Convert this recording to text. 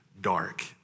dark